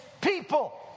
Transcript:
people